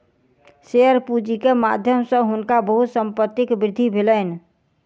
share पूंजी के माध्यम सॅ हुनका बहुत संपत्तिक वृद्धि भेलैन